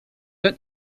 ten